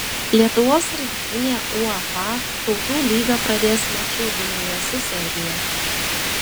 lietuvos rinktinė uefa tautų lygą pradės maču vilniuje su serbija